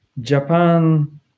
Japan